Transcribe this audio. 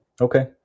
okay